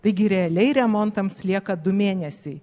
taigi realiai remontams lieka du mėnesiai